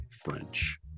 French